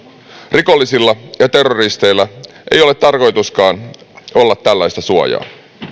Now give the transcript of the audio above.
rikollisilla ja terroristeilla ei ole tarkoituskaan olla tällaista suojaa